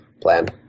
plan